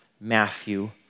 Matthew